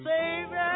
Savior